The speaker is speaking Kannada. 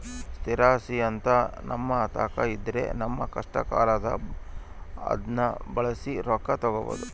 ಸ್ಥಿರ ಆಸ್ತಿಅಂತ ನಮ್ಮತಾಕ ಇದ್ರ ನಮ್ಮ ಕಷ್ಟಕಾಲದಾಗ ಅದ್ನ ಬಳಸಿ ರೊಕ್ಕ ತಗಬೋದು